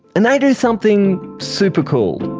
and they do something super cool.